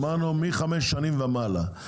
אמרנו מחמש שנים ומעלה.